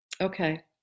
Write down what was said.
Okay